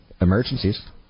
emergencies